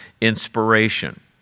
inspiration